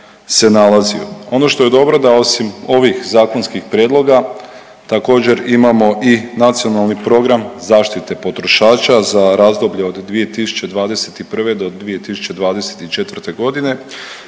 Ono što je dobro da osim ovih zakonskih prijedloga također imamo i Nacionalni program zaštite potrošača za razdoblje od 2021. do 2024 godine,